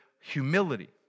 humility